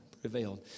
prevailed